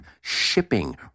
shipping